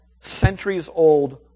centuries-old